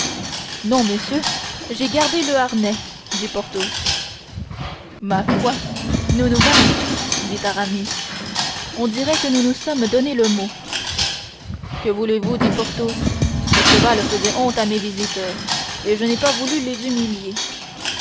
non messieurs j'ai gardé le harnais dit porthos ma foi nous nous valons tous dit aramis on dirait que nous nous sommes donné le mot que voulez-vous dit porthos ce cheval faisait honte à mes visiteurs et je n'ai pas voulu les humilier